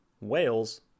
whales